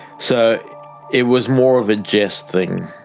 so it was more of a jest thing.